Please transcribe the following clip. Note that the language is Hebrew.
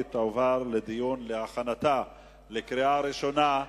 והיא תעבור לדיון בוועדת הכלכלה להכנתה לקריאה ראשונה.